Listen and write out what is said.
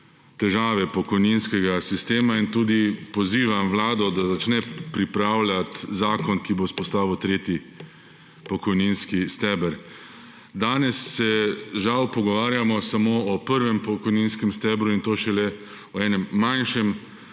težave pokojninskega sistema in tudi pozivam Vlado, da začne pripravljati zakon, ki bo vzpostavil tretji pokojninski steber. Danes se, žal, pogovarjamo samo o prvem pokojninskem stebru, in to šele o enem manjšem